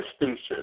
instances